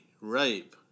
rape